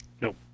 Nope